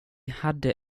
hade